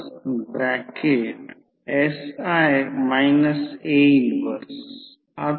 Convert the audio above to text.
तर primary side 240V secondary side 30V आहे I2 I1 K हे देखील माहित आहे